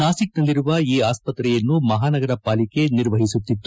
ನಾಸಿಕ್ನಲ್ಲಿರುವ ಈ ಆಸ್ಪತ್ರೆಯನ್ನು ಮಹಾನಗರ ಪಾಲಿಕೆ ನಿರ್ವಹಿಸುತ್ತಿತ್ತು